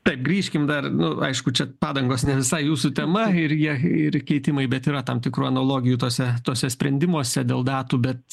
taip grįžkim dar nu aišku čia padangos ne visai jūsų tema ir jie ir keitimai bet yra tam tikrų analogijų tuose tuose sprendimuose dėl datų bet